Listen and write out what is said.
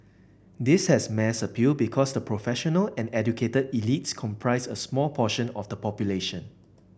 this has mass appeal because the professional and educated elites comprise a small portion of the population